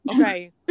okay